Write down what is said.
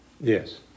Yes